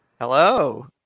Hello